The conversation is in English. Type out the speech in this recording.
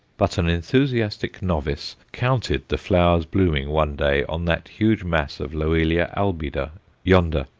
but an enthusiastic novice counted the flowers blooming one day on that huge mass of loelia albida yonder,